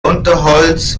unterholz